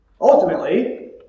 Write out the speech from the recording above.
Ultimately